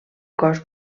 cos